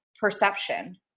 perception